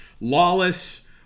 lawless